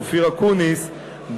אופיר אקוניס,